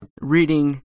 reading